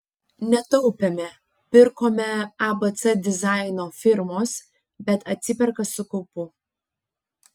netaupėme pirkome abc dizaino firmos bet atsiperka su kaupu